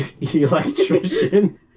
electrician